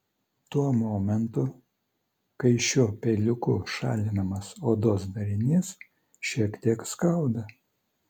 tuo momentu kai šiuo peiliuku šalinamas odos darinys šiek tiek skauda